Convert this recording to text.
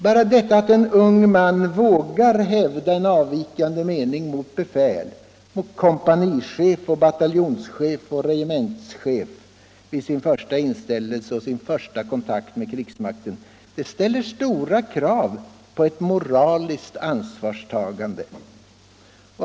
Bara detta att en ung man vågar hävda en avvikande mening mot befäl, mot kompanichef, bataljonschef och regementschef vid sin första inställelse och sin första kontakt med krigsmakten ställer stora krav på ett moraliskt ansvarstagande.